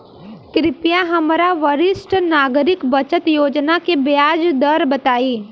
कृपया हमरा वरिष्ठ नागरिक बचत योजना के ब्याज दर बताई